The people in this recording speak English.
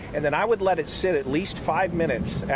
and then i would let it sit at least five minutes.